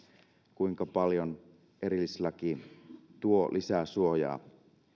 kuinka paljon erillislaki tuo lisää suojaa